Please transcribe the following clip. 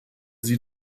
sie